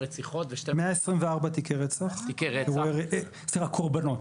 124 קורבנות,